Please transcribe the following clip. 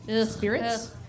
spirits